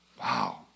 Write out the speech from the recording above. Wow